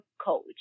coach